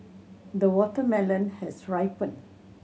the watermelon has ripened